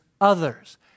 others